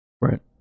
Right